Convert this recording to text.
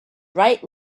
right